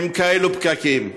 כאלה פקקים.